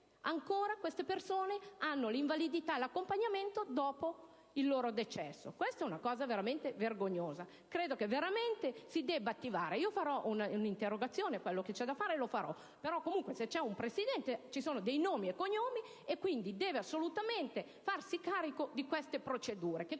ancora a queste persone vengono riconosciuti l'invalidità e l'accompagnamento dopo il decesso. Questa è una cosa veramente vergognosa! Credo che ci si debba attivare. Io presenterò un'interrogazione; quello che c'è da fare lo farò. Però, se c'è un presidente, ci sono dei nomi e cognomi, deve assolutamente farsi carico di queste procedure,